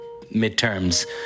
midterms